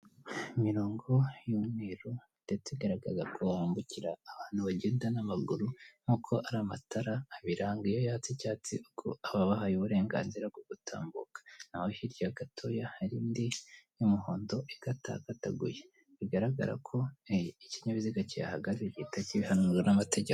Imirongo y'umweru ndetse igaragaza ko wambukira abantu bagenda n'amaguru nk'uko ariya amatara abiranga, iyo yatse icyatsi ubwo aba abahaye uburenganzira bwo gutambuka, naho hirya gatoya hari indi y'umuhondo ikatakataguye bigaragara ko ikinyabiziga kihagaze gihita kibihanizwa n'amategeko.